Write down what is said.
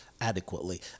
adequately